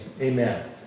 Amen